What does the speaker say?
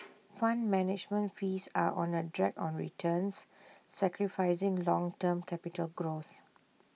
fund management fees are on A drag on returns sacrificing long term capital growth